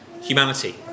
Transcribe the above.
humanity